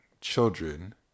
children